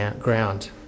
ground